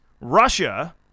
Russia